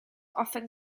often